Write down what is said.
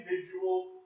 individual